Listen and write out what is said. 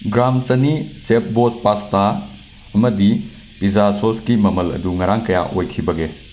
gram ꯆꯅꯤ ꯆꯦꯞꯕꯣꯁ pasta ꯑꯃꯗꯤ ꯄꯤꯖꯥ ꯁꯣꯁꯀꯤ ꯃꯃꯜ ꯑꯗꯨ ꯉꯔꯥꯡ ꯀꯌꯥ ꯑꯣꯏꯈꯤꯕꯒꯦ